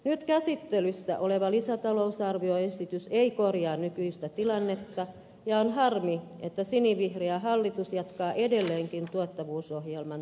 nyt käsittelyssä oleva lisätalousarvioesitys ei korjaa nykyistä tilannetta ja on harmi että sinivihreä hallitus jatkaa edelleenkin tuottavuusohjelman toteuttamista